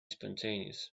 spontaneous